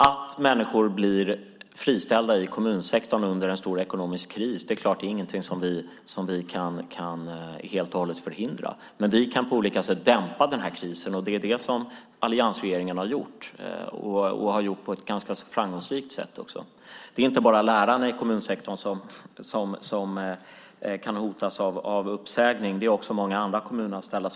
Att människor blir friställda i kommunsektorn under en stor ekonomisk kris är ingenting som vi helt och hållet kan förhindra. Men vi kan på olika sätt dämpa krisen. Det är det som alliansregeringen har gjort, och det på ett ganska framgångsrikt sätt. Det är inte bara lärarna i kommunsektorn som kan hotas av uppsägning. Det gäller också många andra kommunanställda.